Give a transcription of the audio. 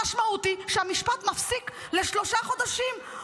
המשמעות היא שהמשפט מפסיק לשלושה חודשים.